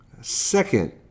Second